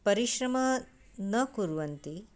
परिश्रमं न कुर्वन्ति